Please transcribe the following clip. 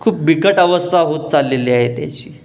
खूप बिकट अवस्था होत चालली आहे त्याची